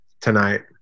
tonight